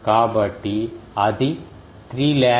కాబట్టి 2 π into 1000